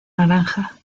naranja